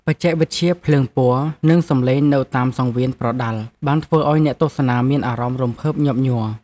កីឡាករគុណខ្មែរម្នាក់ៗសុទ្ធតែមានសមត្ថភាពខ្ពស់ និងអាចប្រកួតប្រជែងជាមួយកីឡាករបរទេសបានយ៉ាងងាយ។